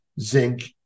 zinc